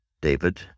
David